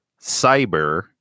cyber